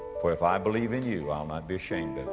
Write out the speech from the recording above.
for if i believe in you, i'll not be ashamed and